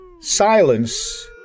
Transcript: silence